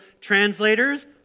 Translators